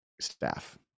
staff